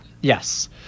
Yes